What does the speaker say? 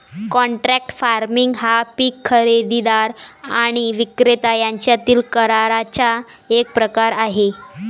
contract farming हा पीक खरेदीदार आणि विक्रेता यांच्यातील कराराचा एक प्रकार आहे